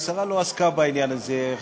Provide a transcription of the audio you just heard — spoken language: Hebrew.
השרה לא עסקה בעניין הזה.